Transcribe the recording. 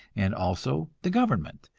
and also the government,